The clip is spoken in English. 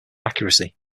accuracy